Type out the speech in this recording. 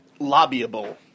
lobbyable